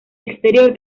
exterior